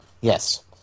Yes